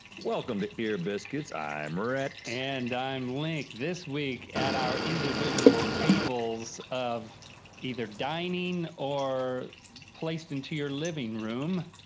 welcome to ear biscuits. i'm rhett. and i'm link. this week at our individual tables of either dining, or placed into your living room,